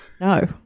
No